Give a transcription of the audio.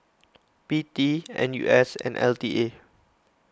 P T N U S and L T A